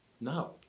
No